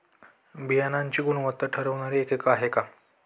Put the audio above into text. बियाणांची गुणवत्ता ठरवणारे एकक आहे का?